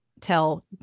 tell